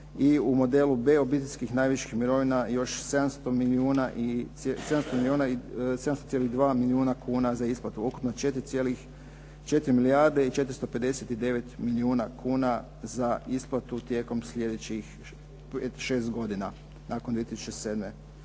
i u modelu B obiteljskih najviših mirovina još 700,2 milijuna kuna za isplatu ukupno 4 milijarde i 459 milijuna kuna za isplatu tijekom sljedećih šest godina nakon 2007.